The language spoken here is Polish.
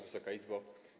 Wysoka Izbo!